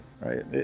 right